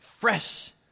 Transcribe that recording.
Fresh